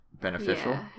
beneficial